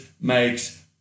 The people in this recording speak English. makes